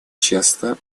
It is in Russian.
часто